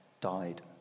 died